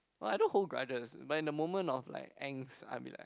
but I don't hold grudges but in the moment of like angst I will be like